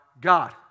God